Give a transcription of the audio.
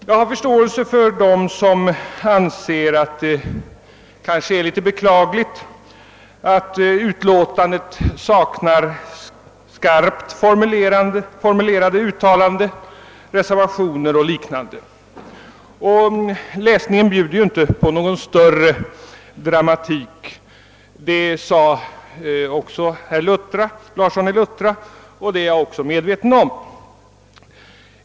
Jag har förståelse för dem som anser att det kanske är något beklagligt att memorialet saknar skarpt formulerade uttalanden, reservationer o.d. Jag är medveten om att läsningen inte bjuder på någon större dramatik, vilket också framhölls av herr Larsson i Luttra.